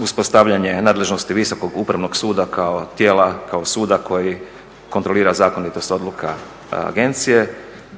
uspostavljanje nadležnosti Visokog upravnog suda kao tijela kao suda koji kontrolira zakonitost odluka agencije